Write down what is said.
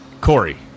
Corey